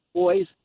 boys